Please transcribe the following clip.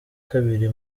kabiri